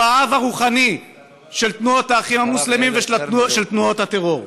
שהוא האב הרוחני של תנועות "האחים המוסלמים" ושל תנועות הטרור,